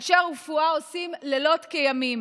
אנשי הרפואה עושים לילות כימים,